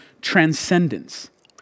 transcendence